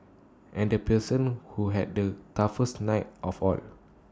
and the person who had the toughest night of all